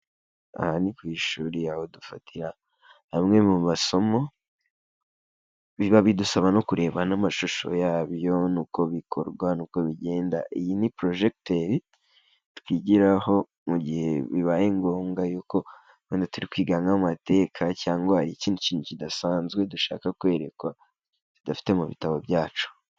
Aha ni ku ishuri, aho dufatira amwe mu masomo, biba bidusaba no kureba n'amashusho yabyo, n'uko bikorwa n'uko bigenda. Iyi ni purojegiteri twigiraho mu gihe bibaye ngombwa yuko wenda turi kwiga nk'amateka cyangwa ikindi kintu kidasanzwe dushaka kwerekwa, tudafite mu bitabo byacu.